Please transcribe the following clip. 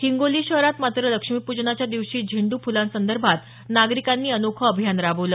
हिंगोली शहरात मात्र लक्ष्मीपूजनाच्या दिवशी झेंडू फुलांसंदर्भात नागरिकांनी अनोखं अभियान राबवलं